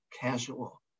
casual